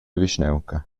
vischnaunca